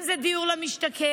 אם זה דיור למשתכן,